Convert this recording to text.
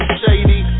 shady